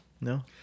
No